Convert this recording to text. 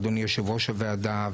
אדוני יושב ראש הוועדה,